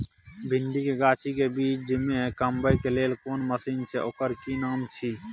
भिंडी के गाछी के बीच में कमबै के लेल कोन मसीन छै ओकर कि नाम छी?